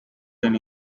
rain